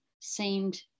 seemed